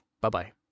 Bye-bye